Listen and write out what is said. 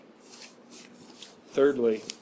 Thirdly